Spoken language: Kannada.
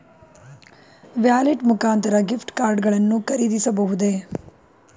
ವ್ಯಾಲೆಟ್ ಮುಖಾಂತರ ಗಿಫ್ಟ್ ಕಾರ್ಡ್ ಗಳನ್ನು ಖರೀದಿಸಬಹುದೇ?